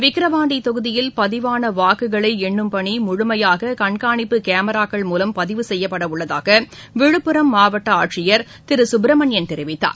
விக்கிரவாண்டி தொகுதியில் பதிவான வாக்குகளை எண்ணும் பணி முழுமையாக கண்காணிப்பு கேமராக்கள் மூலம் பதிவு செய்யப்படவுள்ளதாக விழுப்புரம் மாவட்ட ஆட்சியர் திரு சுப்பிரமணியன் தெரிவித்தார்